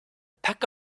pack